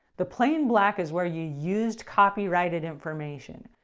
the plain black is where you used copyrighted information,